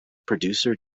producer